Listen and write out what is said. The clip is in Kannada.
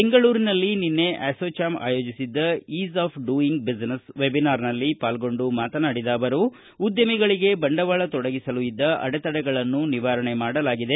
ಬೆಂಗಳೂರಿನಲ್ಲಿ ನಿನ್ನೆ ಅಸೋಚಾಮ್ ಆಯೋಜಿಸಿದ್ದ ಈಸ್ ಆಫ್ ಡ್ಯೂಯಿಂಗ್ ಬಿಸಿನೆಸ್ ವೆಬಿನಾರ್ನಲ್ಲಿ ಪಾಲ್ಗೊಂಡು ಮಾತನಾಡಿದ ಅವರು ಉದ್ಧಮಿಗಳಿಗೆ ಬಂಡವಾಳ ತೊಡಗಿಸಲು ಇದ್ದ ಅಡೆತಡೆಗಳನ್ನು ನಿವಾರಣೆ ಮಾಡಲಾಗಿದೆ